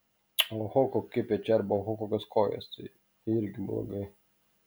oho kokie pečiai arba oho kokios kojos tai irgi blogai